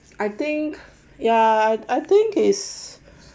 I think ya I think is